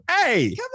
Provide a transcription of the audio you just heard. hey